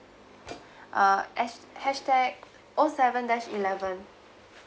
uh as~ hashtag oh seven dash eleven